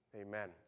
amen